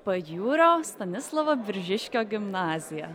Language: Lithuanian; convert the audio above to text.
pajūrio stanislovo biržiškio gimnaziją